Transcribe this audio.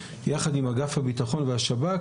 יחד עם אגף הביטחון והשב"כ,